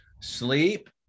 sleep